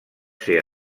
ser